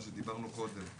מה שדיברנו קודם.